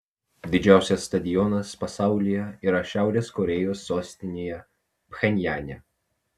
didžiausias stadionas pasaulyje yra šiaurės korėjos sostinėje pchenjane